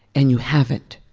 and you haven't.